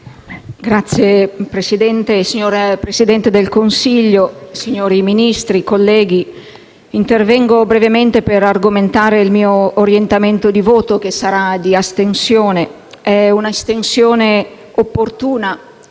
Signor Presidente, signor Presidente del Consiglio, signori Ministri, colleghi, intervengo brevemente per argomentare il mio orientamento di voto che sarà di astensione. È un'astensione opportuna,